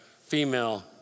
female